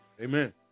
Amen